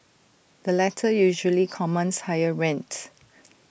the latter usually commands higher rent